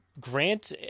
Grant